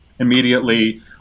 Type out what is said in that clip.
immediately